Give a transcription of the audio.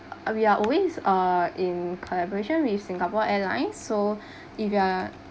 we are always uh in collaboration with singapore airlines so if you're